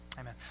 Amen